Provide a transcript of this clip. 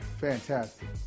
fantastic